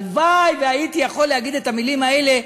הלוואי שהייתי יכול להגיד את המילים האלה,